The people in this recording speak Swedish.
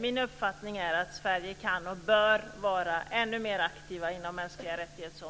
Min uppfattning är att Sverige kan och bör vara ännu mer aktivt inom området som gäller mänskliga rättigheter